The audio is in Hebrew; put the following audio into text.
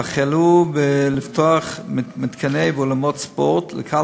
והחלו לפתוח מתקנים ואולמות ספורט לקהל